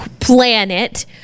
planet